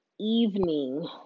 evening